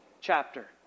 chapter